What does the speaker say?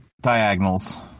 diagonals